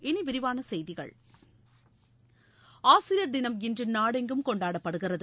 இனி விரிவான செய்திகள் ஆசிரியர் தினம் இன்று நாடெங்கும் கொண்டாடப்படுகிறது